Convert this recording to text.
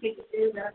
ٹھیک ہے